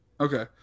Okay